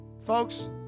Folks